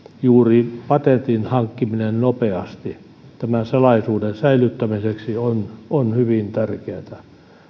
juuri patentin hankkiminen nopeasti salaisuuden säilyttämiseksi on on hyvin tärkeätä